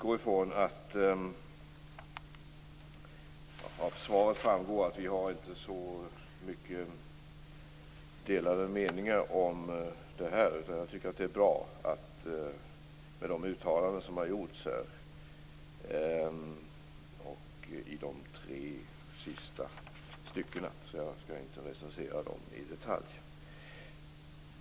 Av svaret framgår att vi inte har så många delade meningar om det här. De uttalanden som gjorts här i de tre sista styckena av svaret är bra. Jag skall därför inte recensera dem i detalj.